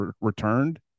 returned